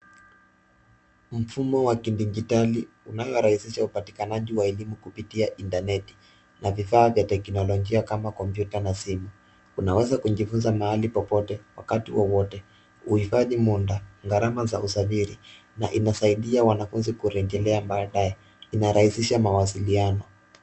Ni mfumo wa kidijitali unaorahisisha upatikanaji wa elimu kupitia interneti na vifaa vya teknolojia kama kompyuta na simu unaweza kujifunza mahali popote wakati wowote huhifadhi muda, gharama za usafiri na inasaidia wanafunzi kurejelea baadae inarahisisha mawasiliano.